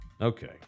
Okay